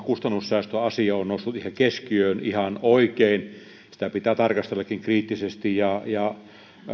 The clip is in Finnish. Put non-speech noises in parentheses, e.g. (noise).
(unintelligible) kustannussäästöasia on noussut keskiöön ihan oikein sitä pitääkin tarkastella kriittisesti ja ja